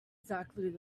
exactly